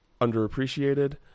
underappreciated